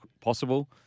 possible